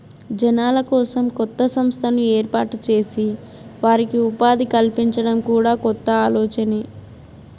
జనాల కోసం కొత్త సంస్థను ఏర్పాటు చేసి వారికి ఉపాధి కల్పించడం కూడా కొత్త ఆలోచనే